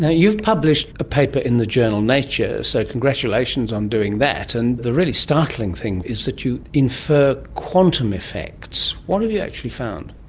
yeah you've published a paper in the journal nature, so congratulations on doing that, and the really startling thing is that you infer quantum effects. what have you actually found?